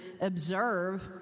observe